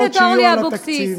חברת הכנסת אורלי אבקסיס,